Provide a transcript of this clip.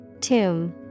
Tomb